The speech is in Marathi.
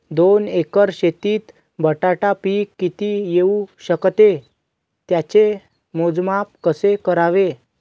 दोन एकर शेतीत बटाटा पीक किती येवू शकते? त्याचे मोजमाप कसे करावे?